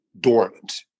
dormant